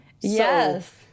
Yes